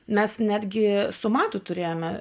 mes netgi su matu turėjome